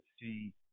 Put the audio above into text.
see